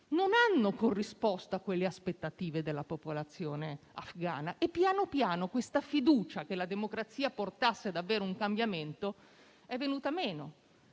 non hanno corrisposto alle aspettative della popolazione afghana e piano piano la fiducia che la democrazia portasse davvero un cambiamento è venuta meno;